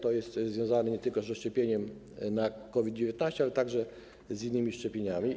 To jest związane nie tylko ze szczepieniem na COVID-19, ale także z innymi szczepieniami.